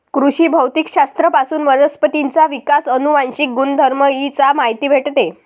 कृषी भौतिक शास्त्र पासून वनस्पतींचा विकास, अनुवांशिक गुणधर्म इ चा माहिती भेटते